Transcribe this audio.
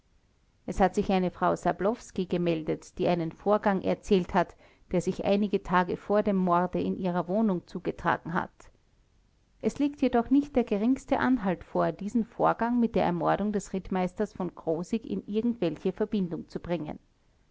es hat sich eine frau sablowski gemeldet die einen vorgang erzählt hat der sich einige tage vor dem morde in ihrer wohnung zugetragen hat es liegt jedoch nicht der geringste anhalt vor diesen vorgang mit der ermordung des rittmeisters v krosigk in irgendwelche verbindung zu bringen